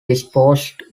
disposed